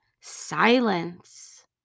silence